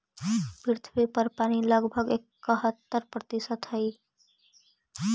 पृथ्वी पर पानी लगभग इकहत्तर प्रतिशत हई